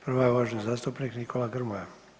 Prva je uvaženi zastupnik Nikola Grmoja.